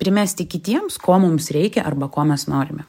primesti kitiems ko mums reikia arba ko mes norime